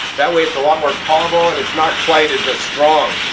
that way it's a lot more tolerable and it's not quite as ah strong.